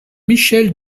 michèle